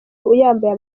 uyambaye